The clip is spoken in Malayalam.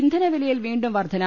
ഇന്ധനവിലയിൽ വീണ്ടും വർധന